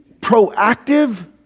proactive